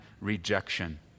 rejection